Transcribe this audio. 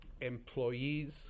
Employees